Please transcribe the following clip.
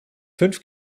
fünf